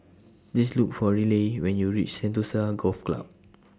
Please Look For Riley when YOU REACH Sentosa Golf Club